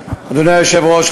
היושב-ראש,